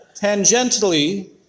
Tangentially